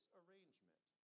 arrangement